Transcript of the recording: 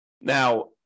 Now